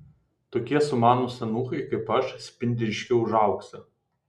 tokie sumanūs eunuchai kaip aš spindi ryškiau už auksą